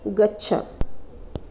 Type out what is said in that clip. गच्छ